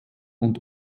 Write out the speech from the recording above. und